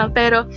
pero